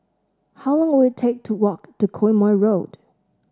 how long will it take to walk to Quemoy Road